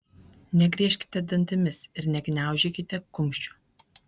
negriežkite dantimis ir negniaužykite kumščių